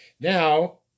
Now